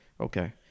Okay